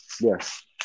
Yes